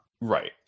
right